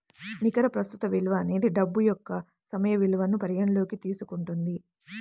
నికర ప్రస్తుత విలువ అనేది డబ్బు యొక్క సమయ విలువను పరిగణనలోకి తీసుకుంటుంది